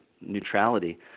neutrality